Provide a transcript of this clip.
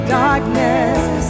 darkness